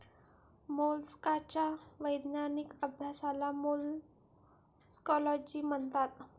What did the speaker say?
मोलस्काच्या वैज्ञानिक अभ्यासाला मोलॅस्कोलॉजी म्हणतात